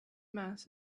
mass